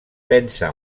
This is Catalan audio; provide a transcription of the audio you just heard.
pensa